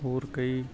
ਹੋਰ ਕਈ